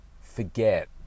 forget